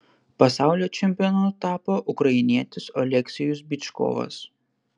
pasaulio čempionu tapo ukrainietis oleksijus byčkovas